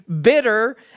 bitter